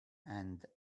and